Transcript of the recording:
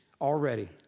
already